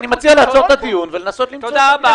למה לא?